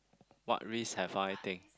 what risk have I take